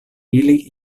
ili